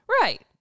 right